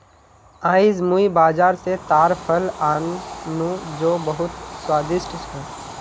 आईज मुई बाजार स ताड़ फल आन नु जो बहुत स्वादिष्ट छ